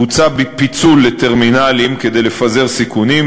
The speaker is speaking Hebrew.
בוצע פיצול לטרמינלים כדי לפזר סיכונים,